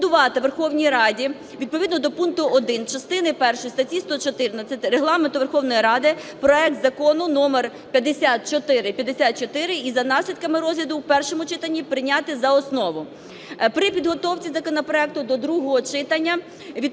відповідно до пункту 1 частини першої статті 114 Регламенту Верховної Ради проект Закону № 5454 і за наслідками розгляду в першому читанні прийняти за основу. При підготовці законопроекту до другого читання відповідно до вимог статті